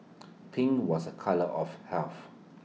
pink was A colour of health